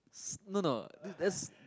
s~ no no let's